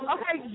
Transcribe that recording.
Okay